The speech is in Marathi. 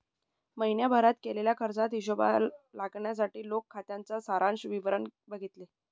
महीण्याभारत केलेल्या खर्चाचा हिशोब लावण्यासाठी मी खात्याच सारांश विवरण बघितले